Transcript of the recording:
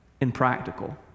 impractical